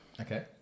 okay